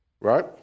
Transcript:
Right